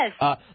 Yes